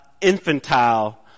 infantile